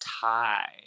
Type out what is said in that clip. tie